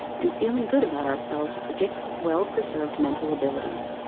and feeling good about ourselves predicts well-preserved mental abilities.